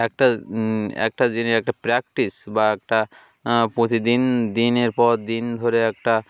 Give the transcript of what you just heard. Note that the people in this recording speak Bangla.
একটা একটা জিনিস একটা প্র্যাকটিস বা একটা প্রতিদিন দিনের পর দিন ধরে একটা